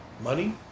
money